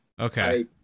Okay